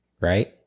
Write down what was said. right